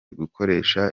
gukoresha